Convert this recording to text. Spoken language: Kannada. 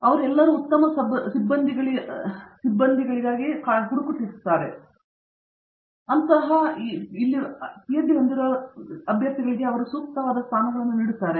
ಅವರು ಎಲ್ಲಾ ಉತ್ತಮ ಸಿಬ್ಬಂದಿಗಳ ಸದಸ್ಯರಿಗಾಗಿ ಹುಡುಕುತ್ತಿದ್ದಾರೆ ಮತ್ತು ಅವರು ಎಲ್ಲಾ ಸೂಕ್ತವಾದ ಸ್ಥಾನಗಳನ್ನು ನೀಡುತ್ತಾರೆ